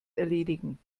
erledigen